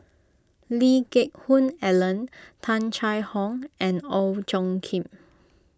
Lee Geck Hoon Ellen Tung Chye Hong and Ong Tjoe Kim